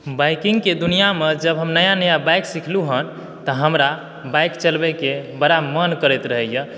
biking के दुनियामे जब हम नया नया बाइक सीखलहुॅं हन तऽ हमरा बाइक चलबैक बड़ा मोन करैत रहैया जे कोना